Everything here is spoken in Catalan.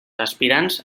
aspirants